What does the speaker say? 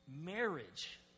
Marriage